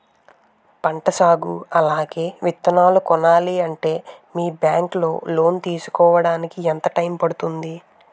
పంట సాగు అలాగే విత్తనాలు కొనాలి అంటే మీ బ్యాంక్ లో లోన్ తీసుకోడానికి ఎంత టైం పడుతుంది?